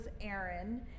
aaron